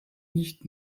nicht